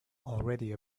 already